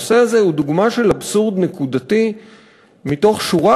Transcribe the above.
הנושא הזה הוא דוגמה של אבסורד נקודתי מתוך שורה